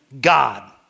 God